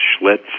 Schlitz